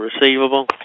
receivable